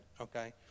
okay